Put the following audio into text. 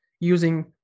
using